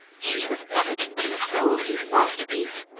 he has evidently sold his masterpiece,